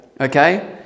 Okay